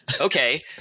okay